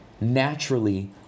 naturally